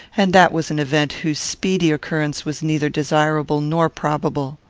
and that was an event whose speedy occurrence was neither desirable nor probable.